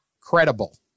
credible